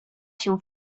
się